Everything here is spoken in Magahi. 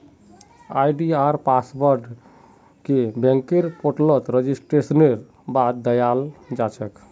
आई.डी.आर पासवर्डके बैंकेर पोर्टलत रेजिस्ट्रेशनेर बाद दयाल जा छेक